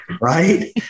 right